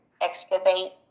excavate